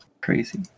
Crazy